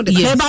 yes